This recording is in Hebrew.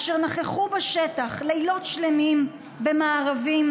אשר נכחו בשטח לילות שלמים במארבים,